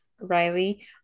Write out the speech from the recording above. Riley